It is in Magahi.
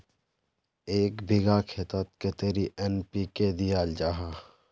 एक बिगहा खेतोत कतेरी एन.पी.के दियाल जहा?